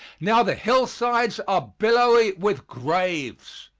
now the hillsides are billowy with graves.